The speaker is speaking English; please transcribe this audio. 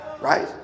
right